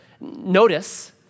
notice